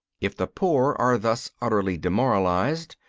if the poor are thus utterly demoralized,